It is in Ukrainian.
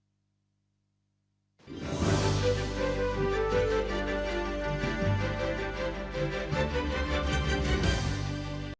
Дякую